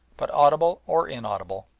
but, audible or inaudible,